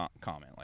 comment